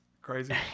crazy